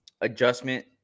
adjustment